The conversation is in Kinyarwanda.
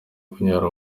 kunyara